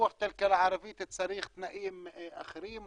פיתוח הכלכלה הערבית צריך תנאים אחרים,